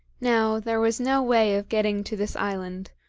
now, there was no way of getting to this island,